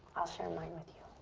i'll share mine with you.